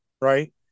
right